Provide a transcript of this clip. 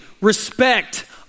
respect